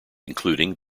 including